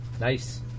Nice